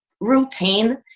routine